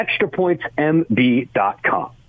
extrapointsmb.com